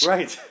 Right